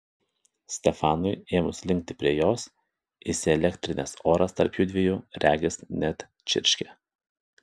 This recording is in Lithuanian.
stefanui ėmus linkti prie jos įsielektrinęs oras tarp jųdviejų regis net čirškė